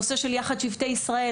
הנושא של יחד שבטי ישראל,